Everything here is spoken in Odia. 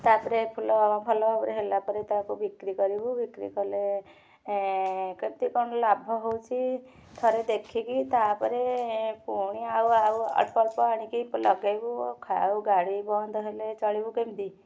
ତା'ପରେ ଫୁଲ ଭଲ ଭାବରେ ହେଲା ପରେ ଫୁଲ ତାକୁ ବିକ୍ରି କରିବୁ ତା'ପରେ ବିକ୍ରି କଲେ କେମିତି କ'ଣ ଲାଭ ହୋଉଚି ଥରେ ଦେଖିକି ତା'ପରେ ପୁଣି ଆଉ ଆଉ ଅଳ୍ପ ଅଳ୍ପ ଆଣିକି ଲଗାଇବୁ ଆଉ ଗାଡ଼ି ବନ୍ଦ ହେଲେ ଚଳିବୁ କେମିତି